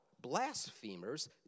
blasphemers